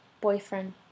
boyfriend